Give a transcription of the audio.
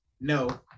No